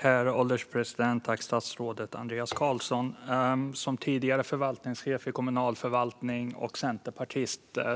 Herr ålderspresident! Eftersom jag är tidigare förvaltningschef i kommunal förvaltning, och eftersom jag är